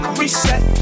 reset